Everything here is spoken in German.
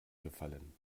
gefallen